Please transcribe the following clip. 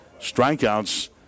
strikeouts